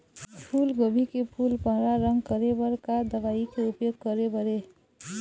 फूलगोभी के फूल पर्रा रंग करे बर का दवा के उपयोग करे बर ये?